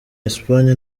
espagne